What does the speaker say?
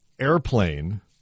Airplane –